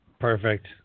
Perfect